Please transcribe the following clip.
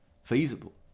Feasible